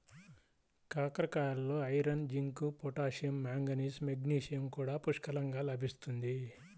కాకరకాయలలో iron, zinc, potassium, manganese, magnesium కూడా పుష్కలంగా లభిస్తుంది